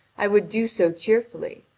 i would do so cheerfully.